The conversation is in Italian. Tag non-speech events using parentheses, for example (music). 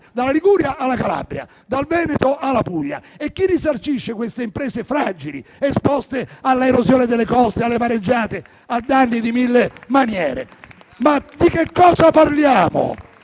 dalla Liguria alla Calabria, dal Veneto alla Puglia. Chi risarcisce queste imprese fragili, esposte all'erosione delle coste, alle mareggiate, a danni di mille maniere? (applause) Ma di cosa parliamo?